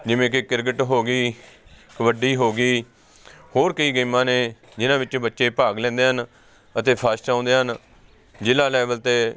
ਜਿਵੇਂ ਕਿ ਕ੍ਰਿਕਿਟ ਹੋ ਗਈ ਕਬੱਡੀ ਹੋ ਗਈ ਹੋਰ ਕਈ ਗੇਮਾਂ ਨੇ ਜਿਹਨਾਂ ਵਿੱਚ ਬੱਚੇ ਭਾਗ ਲੈਂਦੇ ਹਨ ਅਤੇ ਫਸਟ ਆਉਂਦੇ ਹਨ ਜ਼ਿਲ੍ਹਾ ਲੈਵਲ 'ਤੇ